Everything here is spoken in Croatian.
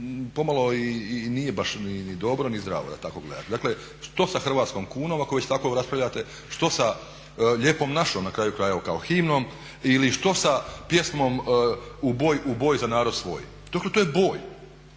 pomalo i nije baš ni dobro ni zdravo da tako gledate. Dakle, što sa hrvatskom kunom? Ako već tako raspravljate. Što sa "Lijepom našom" na kraju krajeva kao himnom? Ili što sa pjesmom "U boj, u boj za narod svoj"? Dakle, to je boj.